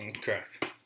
Correct